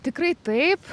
tikrai taip